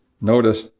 notice